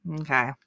okay